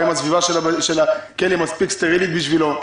האם הסביבה של הכלא מספיק סטרילית בשבילו?